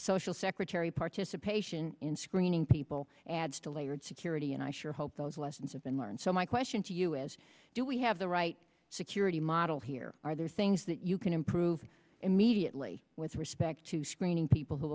social secretary participation in screening people adds to layered security and i sure hope those lessons have been learned so my question to you as do we have the right security model here are there things that you can improve immediately with respect to screening people who